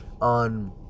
on